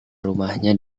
rumahnya